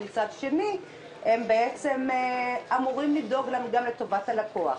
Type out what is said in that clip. ומצד שני הן בעצם אמורות לדאוג גם לטובת הלקוח.